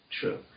true